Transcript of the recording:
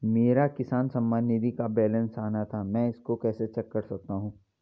मेरा किसान सम्मान निधि का बैलेंस आना था मैं इसको कैसे चेक कर सकता हूँ?